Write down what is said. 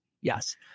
Yes